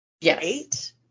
Yes